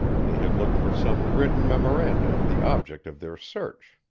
they had looked for some written memoranda of the object of their search.